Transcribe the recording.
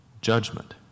Judgment